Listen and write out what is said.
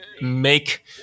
make